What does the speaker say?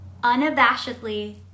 unabashedly